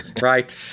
Right